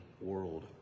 world